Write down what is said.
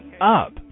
Up